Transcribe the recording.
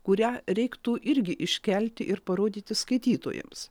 kurią reiktų irgi iškelti ir parodyti skaitytojams